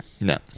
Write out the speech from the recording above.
No